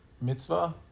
mitzvah